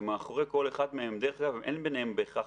ומאחורי כל אחד מהם דרך אגב, אין ביניהם בהכרח